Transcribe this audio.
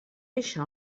això